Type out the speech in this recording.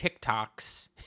TikToks